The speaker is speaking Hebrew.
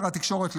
שר התקשורת,